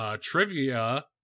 trivia